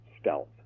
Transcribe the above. stealth